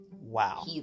Wow